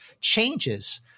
changes